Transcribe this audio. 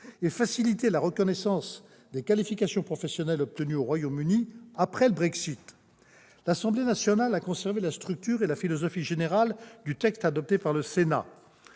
et faciliter la reconnaissance des qualifications professionnelles obtenues au Royaume-Uni après le Brexit. L'Assemblée nationale a conservé la structure et la philosophie générale du texte adopté par le Sénat.